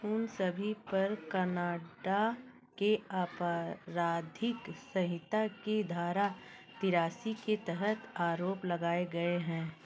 उन सभी पर कनाडा के आपराधिक संहिता की धारा तिरासी के तहत आरोप लगाए गए हैं